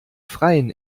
freien